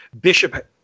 Bishop